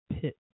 pit